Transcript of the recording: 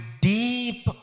deep